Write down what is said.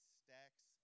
stacks